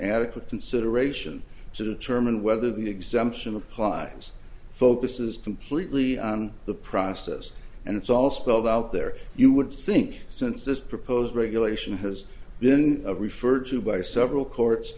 adequate consideration to determine whether the exemption applies focuses completely on the process and it's all spelled out there you would think since this proposed regulation has been referred to by several courts